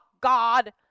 god